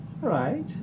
right